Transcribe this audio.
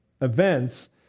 events